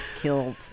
killed